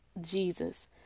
Jesus